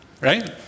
Right